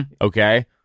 Okay